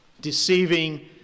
deceiving